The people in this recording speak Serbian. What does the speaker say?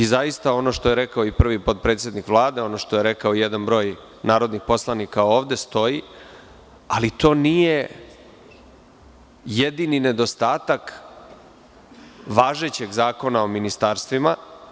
Zaista, i ono što je rekao prvi potpredsednik Vlade, ono što je rekao jedan broj narodnih poslanika ovde stoji, ali to nije jedini nedostatak važećeg Zakona o ministarstvima.